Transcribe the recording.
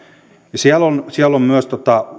on myös